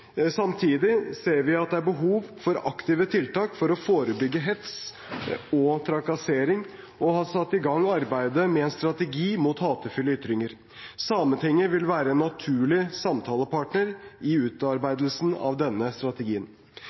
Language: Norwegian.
Samtidig ser vi at det er behov for aktive tiltak for å forebygge hets og trakassering og har satt i gang arbeidet med en strategi mot hatefulle ytringer. Sametinget vil være en naturlig samtalepartner i utarbeidelsen av denne strategien.